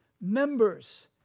members